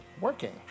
working